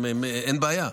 אין בעיה.